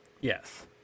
Yes